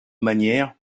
manière